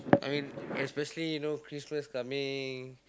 I mean especially you know Christmas coming